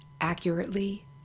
accurately